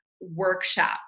workshop